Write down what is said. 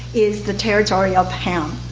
is the territory of ham.